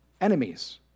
enemies